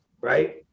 right